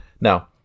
Now